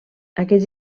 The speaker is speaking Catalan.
aquests